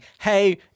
hey